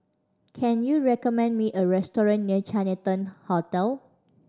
can you recommend me a restaurant near Chinatown Hotel